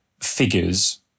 figures